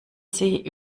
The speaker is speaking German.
sie